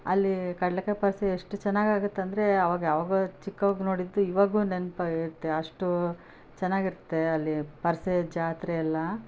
ಅಲ್ಲಿ ಕಡಲೆ ಕಾಯಿ ಪರಿಷೆ ಎಷ್ಟು ಚೆನ್ನಾಗಿ ಆಗುತ್ತೆ ಅಂದರೆ ಆವಾಗ ಆವಾಗೊ ಚಿಕ್ಕವಾಗ ನೋಡಿದ್ದು ಇವಾಗು ನೆನಪು ಆಗೈತೆ ಅಷ್ಟು ಚೆನ್ನಾಗಿ ಇರುತ್ತೆ ಅಲ್ಲಿ ಪರಿಷೆ ಜಾತ್ರೆ ಎಲ್ಲ